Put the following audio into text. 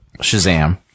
Shazam